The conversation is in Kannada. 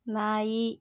ನಾಯಿ